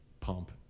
pump